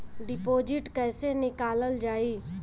Deposit कैसे निकालल जाइ?